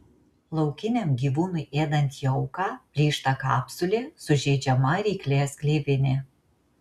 laukiniam gyvūnui ėdant jauką plyšta kapsulė sužeidžiama ryklės gleivinė